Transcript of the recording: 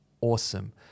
awesome